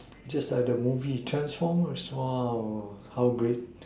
just like the movie transformers !wah! how great